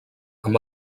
amb